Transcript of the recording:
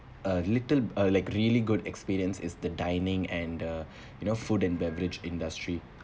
a little uh like really good experience is the dining and the you know food and beverage industry